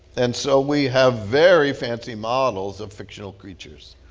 and so we have very fancy models of fictional creatures.